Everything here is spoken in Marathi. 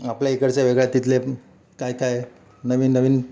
आपल्या इकडचं वेगळं आहे तिथले काय काय नवीन नवीन